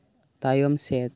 ᱛᱟᱭᱚᱢ ᱥᱮᱫ